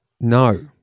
no